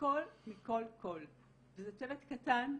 הכול מכל וכל וזה צוות קטן,